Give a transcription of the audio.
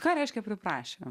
ką reiškia priprašė